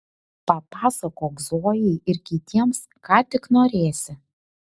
papasakok zojai ir kitiems ką tik norėsi